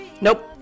Nope